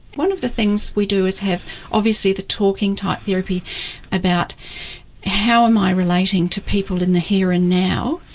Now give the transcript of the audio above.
one of the things we do is have obviously the talking type therapy about how am i relating to people in the here and now,